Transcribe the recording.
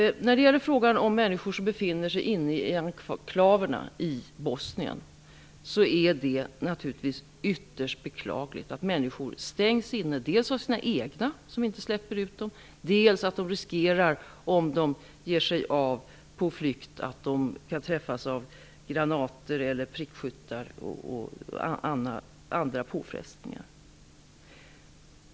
När det är fråga om de människor som befinner sig inne i enklaverna i Bosnien är det naturligtvis ytterst beklagligt att människor stängs inne av sina egna, som inte släpper ut dem, och att de riskerar om de ger sig av på flykt att träffas av granater, skott från prickskyttar och andra påfrestningar.